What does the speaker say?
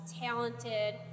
talented